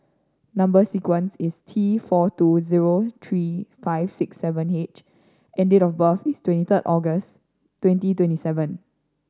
number sequence is T four two zero three five six seven H and date of birth is twenty third August twenty twenty seven